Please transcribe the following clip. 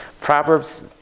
Proverbs